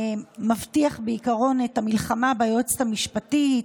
מבטיח בעיקרון את המלחמה ביועצת המשפטית.